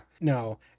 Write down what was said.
no